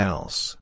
Else